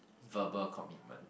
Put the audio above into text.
verbal commitment